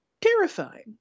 terrifying